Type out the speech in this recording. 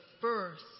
first